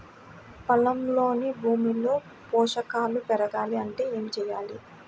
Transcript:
పొలంలోని భూమిలో పోషకాలు పెరగాలి అంటే ఏం చేయాలి?